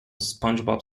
spongebob